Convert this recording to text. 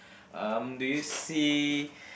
um do you see